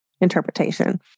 interpretation